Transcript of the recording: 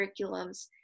curriculums